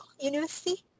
University